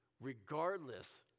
regardless